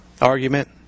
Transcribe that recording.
argument